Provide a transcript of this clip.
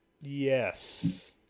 yes